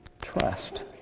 trust